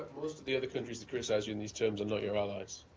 the other countries that criticize you in these terms are not your allies.